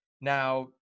Now